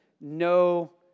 no